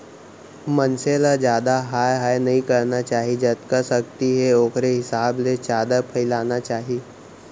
मनसे ल जादा हाय हाय नइ करना चाही जतका सक्ति हे ओखरे हिसाब ले चादर फइलाना चाही